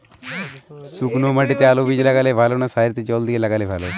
শুক্নো মাটিতে আলুবীজ লাগালে ভালো না সারিতে জল দিয়ে লাগালে ভালো?